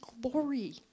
glory